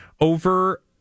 over